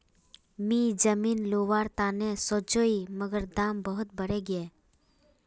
मी जमीन लोवर तने सोचौई मगर दाम बहुत बरेगये